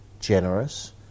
generous